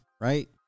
Right